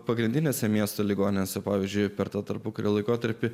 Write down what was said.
pagrindinėse miesto ligoninėse pavyzdžiui per tą tarpukario laikotarpį